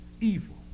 evil